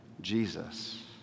Jesus